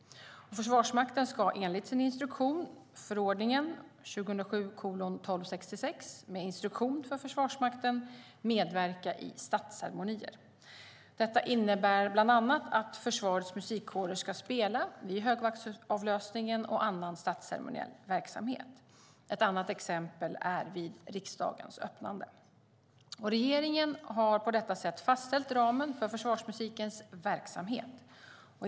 Försvarsmakten ska enligt sin instruktion - förordningen med instruktion för Försvarsmakten - medverka i statsceremonier. Detta innebär bland annat att försvarets musikkårer ska spela vid högvaktsavlösningen och annan statsceremoniell verksamhet. Ett annat exempel är vid riksdagens öppnande. Regeringen har på detta sätt fastställt ramen för försvarsmusikens verksamhet.